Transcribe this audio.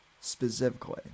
specifically